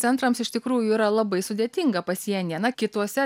centrams iš tikrųjų yra labai sudėtinga pasienyje na kituose